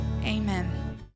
amen